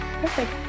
Perfect